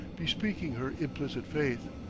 bespeaking her implicit faith.